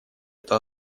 это